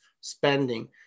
spending